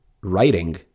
writing